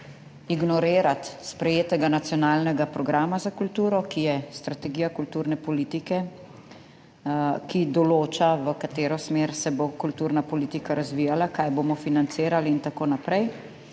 ignorirati sprejetega Nacionalnega programa za kulturo, ki je strategija kulturne politike, ki določa v katero smer se bo kulturna politika razvijala, kaj bomo financirali in tako naprej